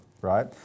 right